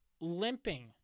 limping